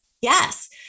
Yes